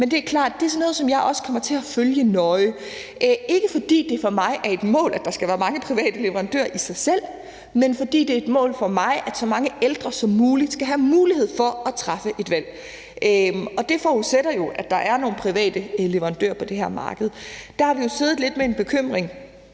Men det er klart, at det er sådan noget, jeg kommer til at følge nøje. Det er ikke, fordi det for mig er et mål, at der skal være mange private leverandører i sig selv, men fordi det er et mål for mig, at så mange ældre som muligt skal have mulighed for at træffe et valg. Det forudsætter jo, at der er nogle private leverandør på det her marked. Vi har siddet lidt med en bekymring,